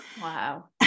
Wow